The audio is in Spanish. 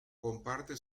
comparte